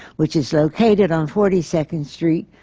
which is located on forty second street,